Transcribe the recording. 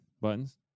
Buttons